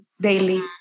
daily